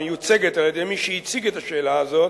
המיוצגת על-ידי מי שהציג את השאלה הזאת,